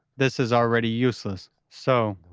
this is already useless. so,